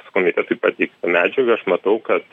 su komitetui pateikta medžiaga aš matau kad